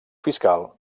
fiscal